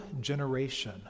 generation